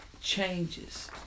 changes